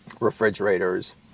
Refrigerators